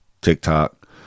TikTok